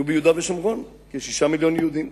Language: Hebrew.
יהיו ביהודה ושומרון כ-6 מיליון יהודים.